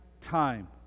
time